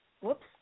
whoops